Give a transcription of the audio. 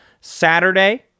saturday